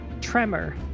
Tremor